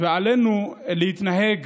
ועלינו להתנהג